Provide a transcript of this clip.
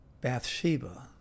Bathsheba